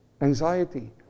Anxiety